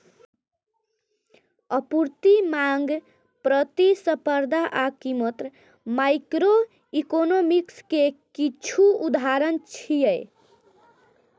आपूर्ति, मांग, प्रतिस्पर्धा आ कीमत माइक्रोइकोनोमिक्स के किछु उदाहरण छियै